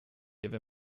give